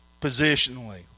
Positionally